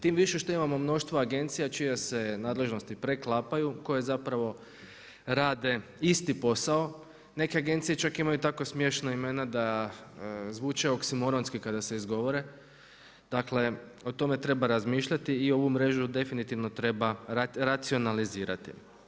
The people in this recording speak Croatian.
Tim više što imamo mnoštva agencija čije se nadležnosti preklapaju, koje zapravo rade isti posao, neke agencije čak imaju takva smiješna imena da zvuče oksimoronski kada se izgovore, dakle o tome treba razmišljati i ovu mrežu definitivno treba racionalizirati.